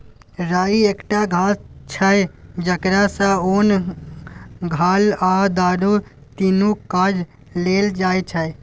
राइ एकटा घास छै जकरा सँ ओन, घाल आ दारु तीनु काज लेल जाइ छै